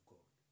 God